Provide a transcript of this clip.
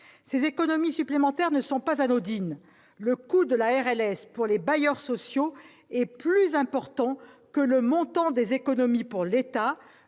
Ces économies supplémentaires ne sont pas anodines. Le coût de la RLS pour les bailleurs sociaux est plus important que le montant des économies pour l'État